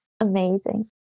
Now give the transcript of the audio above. Amazing